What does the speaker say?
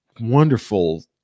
wonderful